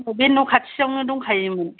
बे न' खाथिआवनो दंखायोमोन